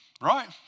Right